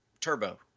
Turbo